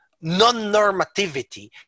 non-normativity